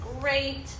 great